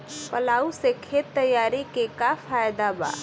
Plough से खेत तैयारी के का फायदा बा?